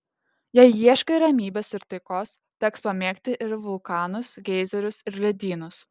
jei ieškai ramybės ir taikos teks pamėgti ir vulkanus geizerius ir ledynus